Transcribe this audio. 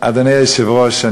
אדוני היושב-ראש,